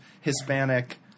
Hispanic